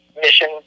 mission